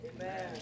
Amen